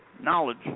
knowledge